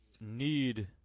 need